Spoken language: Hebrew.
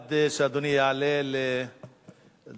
עד שאדוני יעלה לדוכן,